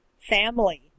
family